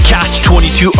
Catch-22